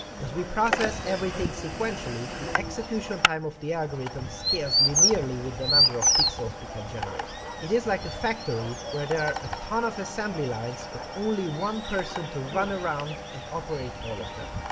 as we process everything sequentially, the execution time of the algorithm scales linearly with the number of pixels we can generate. it is like a factory where there are a ton of assembly lines, but only one person to run around and operate all of them.